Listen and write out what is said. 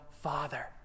father